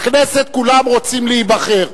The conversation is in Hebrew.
בכנסת כולם רוצים להיבחר.